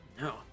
No